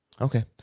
Okay